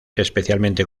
especialmente